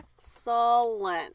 Excellent